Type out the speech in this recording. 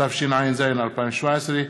התשע"ז 2017,